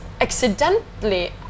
accidentally